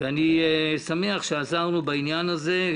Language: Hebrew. אני שמח שעזרנו בעניין הזה.